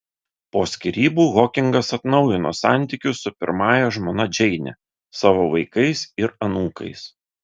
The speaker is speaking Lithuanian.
po skyrybų hokingas atnaujino santykius su pirmąja žmona džeine savo vaikais ir anūkais